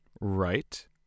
Right